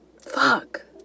Fuck